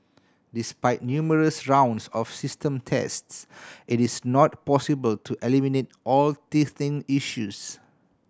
despite numerous rounds of system tests it is not possible to eliminate all teething issues